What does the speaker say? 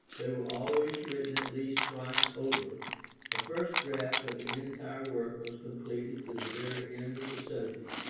they were always written at least twice over a first draft of the entire work was completed to the very end of the subject,